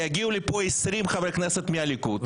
יגיעו לפה 20 חברי כנסת מהליכוד,